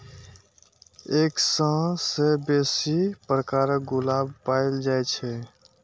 एक सय सं बेसी प्रकारक गुलाब पाएल जाए छै